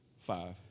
five